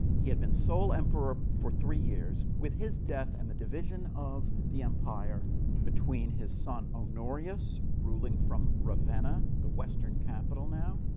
he had been sole emperor for three years. with his death and the division of the empire between his son honorius, ruling from ravenna the western capital now,